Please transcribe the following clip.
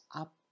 up